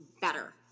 better